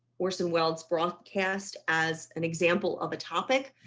orson welles broadcast as an example of a topic.